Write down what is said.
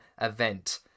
event